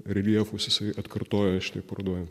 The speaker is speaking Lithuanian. reljefus jisai atkartoja šitoj parodoj